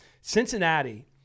Cincinnati